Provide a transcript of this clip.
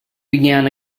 began